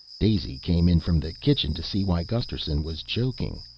daisy came in from the kitchen to see why gusterson was choking.